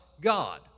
God